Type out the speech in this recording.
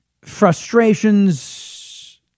frustrations